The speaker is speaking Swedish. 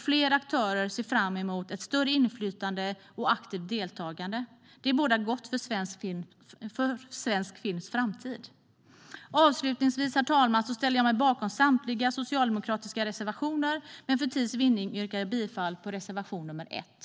Fler aktörer ser fram emot ett större inflytande och aktivt deltagande. Det bådar gott för svensk films framtid. Herr talman! Jag ställer mig bakom samtliga socialdemokratiska reservationer, men för tids vinnande yrkar jag bifall endast till reservation nr 1.